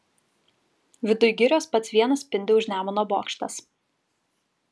viduj girios pats vienas spindi už nemuno bokštas